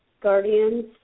guardians